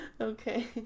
Okay